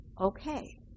okay